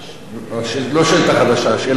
לא שאילתא חדשה, שאלה נוספת.